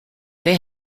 they